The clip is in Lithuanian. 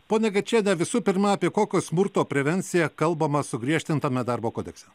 pone kad šiandien visų pirma apie kokią smurto prevenciją kalbama sugriežtintame darbo kodekse